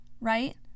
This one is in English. right